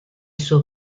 suo